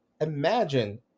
imagine